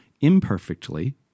imperfectly